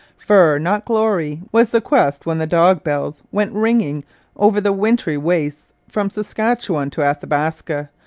fur, not glory, was the quest when the dog bells went ringing over the wintry wastes from saskatchewan to athabaska,